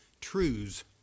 truths